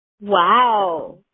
Wow